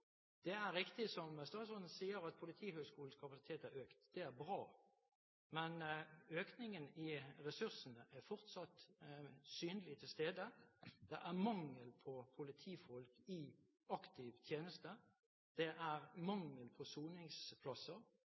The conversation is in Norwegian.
Det er riktig, som statsråden sier, at Politihøgskolens kapasitet har økt. Det er bra. Men økningen i ressursene er fortsatt synlig til stede. Det er mangel på politifolk i aktiv tjeneste. Det er mangel på soningsplasser,